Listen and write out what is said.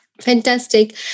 Fantastic